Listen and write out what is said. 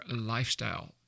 lifestyle